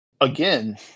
again